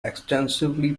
extensively